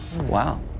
Wow